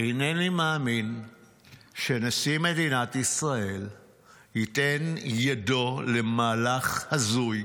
אינני מאמין שנשיא מדינת ישראל ייתן ידו למהלך הזוי,